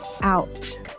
out